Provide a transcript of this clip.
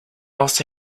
los